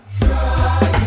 try